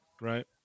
right